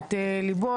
לתשומת ליבו,